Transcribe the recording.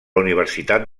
universitat